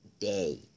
Day